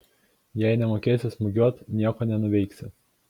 jei nemokėsi smūgiuot nieko nenuveiksi